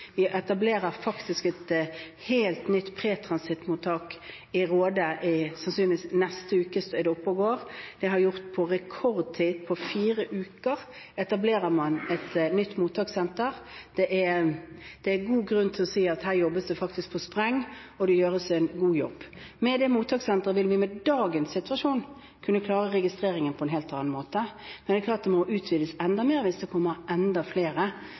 Vi etablerer faktisk et helt nytt pretransittmottak i Råde – sannsynligvis i neste uke er det oppe å gå. Det er gjort på rekordtid: På fire uker etablerer man et nytt mottakssenter. Det er god grunn til å si at her jobbes det faktisk på spreng, og det gjøres en god jobb. Med det mottakssenteret ville vi med dagens situasjon kunne klare registreringen på en helt annen måte, men det er klart at det må utvides enda mer hvis det kommer enda flere.